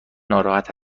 ناراحت